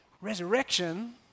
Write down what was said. Resurrection